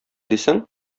дисең